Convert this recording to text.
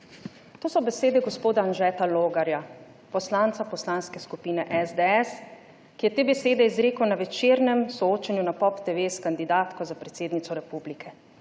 To so besede gospoda Anžeta Logarja, poslanca Poslanske skupine SDS, ki je te besede izrekel na večernem soočenju na POP TV s kandidatko za predsednico republike.